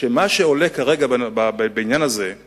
שמה שעולה כרגע בעניין הזה הוא